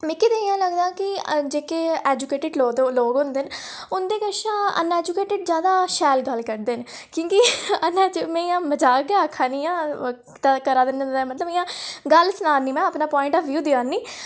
मिगी ते इ'यां लगदा कि जेह्के एजुकेटड लोक होंदे न उं'दे कशा अनएजुकेटड लोक जैदा शैल करियै गल्ल करदे न क्यूंकि में इ'यां मजाक गै आखै निं आं गल्ल सुना निं मतलब अपना प्वाइंट आफॅ व्यू देआ नी